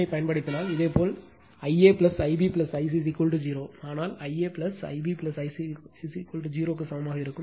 KCL பயன்படுத்தினால் இதேபோல் I a I b I c 0 ஆனால் I a I b I c 0க்கு சமமாக இருக்கும்